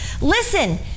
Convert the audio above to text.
Listen